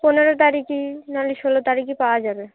পনেরো তারিখে নাহলে ষোলো তারিখে পাওয়া যাবে